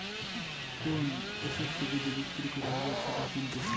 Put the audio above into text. কোন এসেটকে যদি বিক্রি করে আবার সেটা কিনতেছে